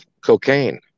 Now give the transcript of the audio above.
cocaine